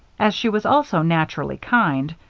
as she was also naturally kind,